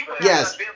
Yes